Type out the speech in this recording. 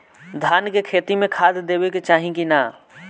धान के खेती मे खाद देवे के चाही कि ना?